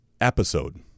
episode